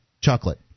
Chocolate